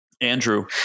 Andrew